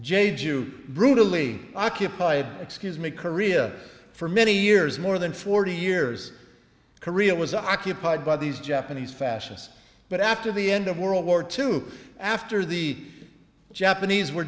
jade's you brutally occupy it excuse me korea for many years more than forty years korea was occupied by these japanese fascists but after the end of world war two after the japanese were